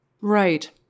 Right